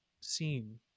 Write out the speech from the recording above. seen